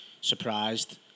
surprised